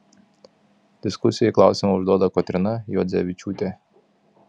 diskusijai klausimą užduoda kotryna juodzevičiūtė